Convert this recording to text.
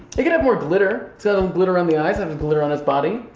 it could have more glitter. so glitter on the eyes, um and glitter on his body.